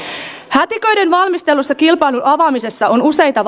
hätiköiden valmistellussa kilpailun avaamisessa on useita